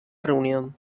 reunión